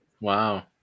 Wow